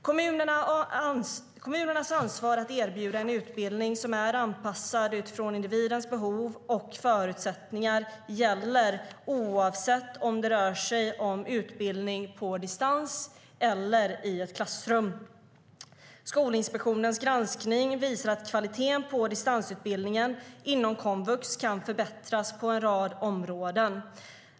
Kommunernas ansvar att erbjuda en utbildning som är anpassad utifrån individens behov och förutsättningar gäller oavsett om det rör sig om utbildning på distans eller i ett klassrum. Skolinspektionens granskning visar att kvaliteten på distansutbildningen inom komvux kan förbättras på en rad områden.